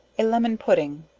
a lemon pudding.